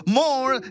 more